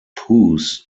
pews